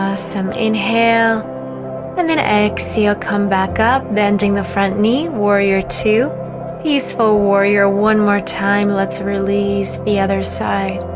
ah some inhale and then exhale come back up bending the front knee warrior two peaceful warrior one more time. let's release the other side